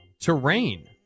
Terrain